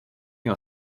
měl